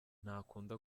ntakunda